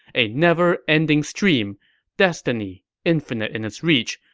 a never-ending stream destiny, infinite in its reach,